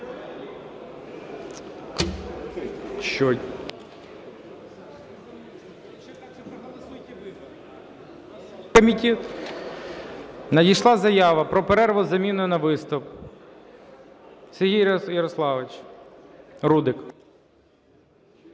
Надійшла заява про перерву із заміною на виступ. Сергій Ярославович Рудик.